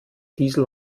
diesel